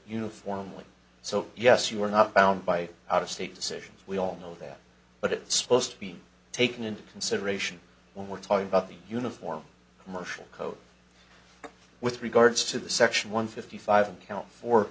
uniformly so yes you're not bound by out of state decisions we all know that but it's supposed to be taken into consideration when we're talking about the uniform commercial code with regards to the section one fifty five and count for